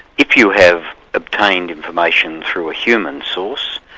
if you have obtained information through a human source,